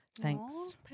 Thanks